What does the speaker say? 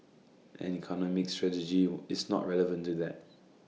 and economic strategy is not irrelevant to that